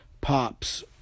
Pops